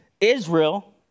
Israel